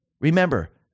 Remember